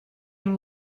amb